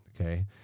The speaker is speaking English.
okay